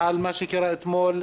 על מה שקרה אתמול.